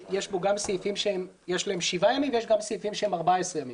יש בו גם סעיפים שיש להם 7 ימים ויש סעיפים שהם 14 ימים.